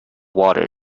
water